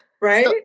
Right